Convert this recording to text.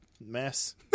mess